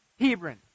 Hebron